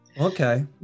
okay